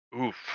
Oof